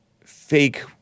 fake